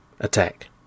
attack